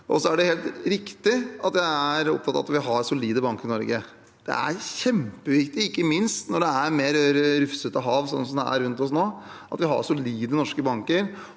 Så er det helt riktig at jeg er opptatt av at vi har solide banker i Norge. Det er kjempeviktig, ikke minst når det er mer rufsete hav, sånn som det er rundt oss nå, at vi har solide norske banker,